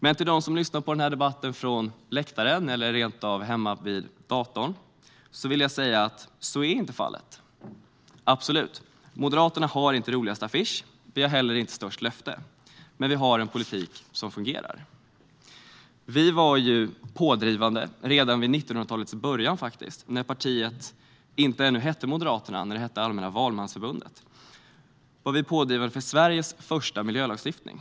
Men till dem som lyssnar på den här debatten från läktaren eller rent av hemma vid datorn vill jag säga att så inte är fallet. Moderaterna har absolut inte roligast affisch och heller inte störst löfte, men vi har en politik som fungerar. Redan vid 1900-talets början, när partiet ännu inte hette Moderaterna utan Allmänna Valmansförbundet, var vi pådrivande för Sveriges första miljölagstiftning.